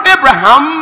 Abraham